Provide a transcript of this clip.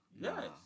Yes